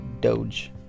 doge